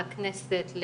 לכנסת,